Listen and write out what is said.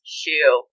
shoe